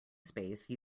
space